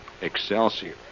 Excelsior